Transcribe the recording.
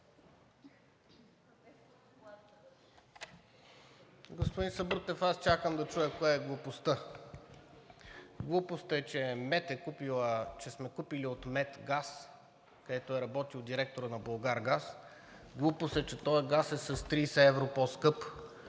Господин Сабрутев, аз чакам да чуя кое е глупостта. Глупост е, че сме купили от МЕТ газ, където е работил директорът на „Булгаргаз“. Глупост е, че този газ е с 30 евро по-скъп.